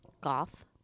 Goth